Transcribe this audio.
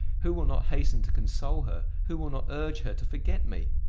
who will not hasten to console her, who will not urge her to forget me!